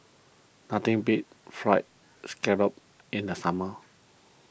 nothing beats Fried Scallop in the summer